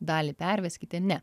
dalį perveskite ne